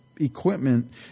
equipment